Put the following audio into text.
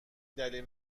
دلیل